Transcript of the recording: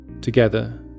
Together